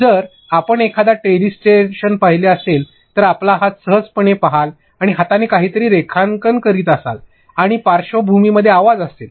जर आपण एखादा टेलिस्ट्रेशन पाहिले असेल तर आपण आपला हात सहजपणे पहाल आणि हाताने काहीतरी रेखांकन करीत असाल आणि पार्श्वभूमीमध्ये आवाज असेल